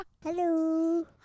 Hello